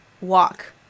walk